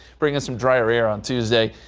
bring us some drier air on tuesday.